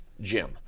Jim